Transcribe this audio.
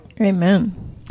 Amen